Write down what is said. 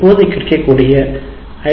இப்போது கிடைக்கக்கூடிய ஐ